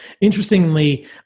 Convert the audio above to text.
Interestingly